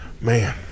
Man